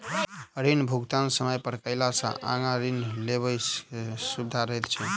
ऋण भुगतान समय पर कयला सॅ आगाँ ऋण लेबय मे सुबिधा रहैत छै